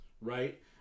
right